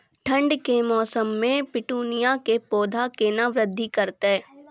ठंड के मौसम मे पिटूनिया के पौधा केना बृद्धि करतै?